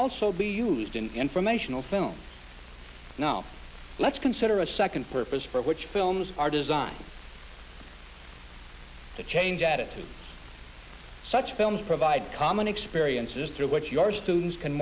also be used in informational films now let's consider a second purpose for which films are designed to change attitudes such films provide common experiences to what your students can